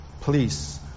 please